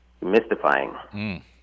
mystifying